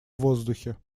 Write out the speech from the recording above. воздухе